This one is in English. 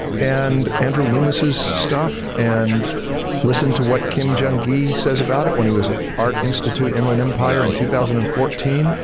and andrew loomis's stuff and listen to what kim jung gi says about it when he was at art institute inland empire in two thousand and fourteen.